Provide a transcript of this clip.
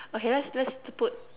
okay let's let's put